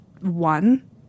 One